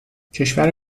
کشور